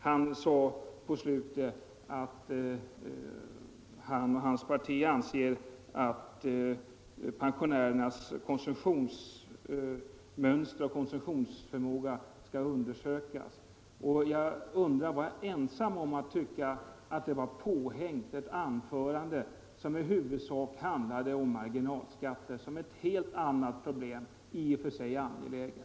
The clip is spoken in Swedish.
Han sade på slutet att han och hans parti anser att pensionärernas konsumtionsmönster och konsumtionsförmåga skall undersökas. Jag undrar om jag var ensam om att tycka att det var ett påhäng på ett anförande, som i huvudsak handlade om marginalskatter, dvs. ett helt annat problem - i och för sig angeläget.